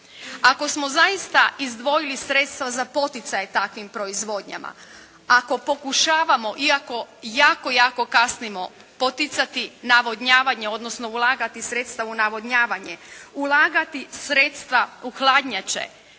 Ako smo zaista izdvojili sredstva za poticaje takvim proizvodnjama, ako pokušavamo iako jako jako kasnimo, poticati navodnjavanje, odnosno ulagati sredstva u navodnjavanje, ulagati sredstava u hladnjače,